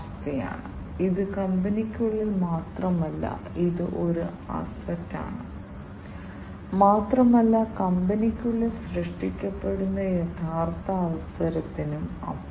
വ്യത്യസ്തമായ ക്രമീകരണം പിശകുകൾ പുനഃക്രമീകരിക്കൽ നീക്കം എന്നിവയിലൂടെ ഒരു സെൻസിംഗ് സിസ്റ്റത്തിന്റെ പ്രകടനം മെച്ചപ്പെടുത്തുന്നതിന് കാലിബ്രേഷൻ നടത്തേണ്ടതുണ്ട്